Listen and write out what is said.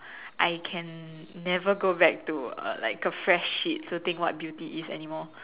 I can never go back to uh like a fresh sheet to think what beauty is anymore